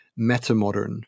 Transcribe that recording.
metamodern